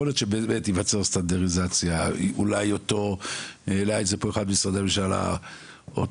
יכול להיות שבאמת תיווצר סטנדרטיזציה; אחד ממשרדי הממשלה העלה